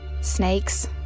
Snakes